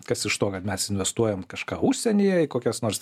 kas iš to kad mes investuojam kažką užsienyje į kokias nors